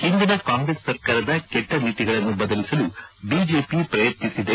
ಹಿಂದಿನ ಕಾಂಗ್ರೆಸ್ ಸರ್ಕಾರದ ಕೆಟ್ಟ ನೀತಿಗಳನ್ನು ಬದಲಿಸಲು ಬಿಜೆಪಿ ಪ್ರಯತ್ನಿಸಿದೆ